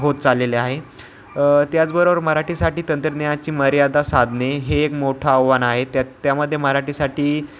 होत चाललेले आहे त्याचबरोबर मराठीसाठी तंत्रज्ञानाची मर्यादा साधणे हे एक मोठं आव्हान आहे त्यात त्यामध्ये मराठीसाठी